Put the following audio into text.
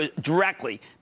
directly